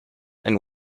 and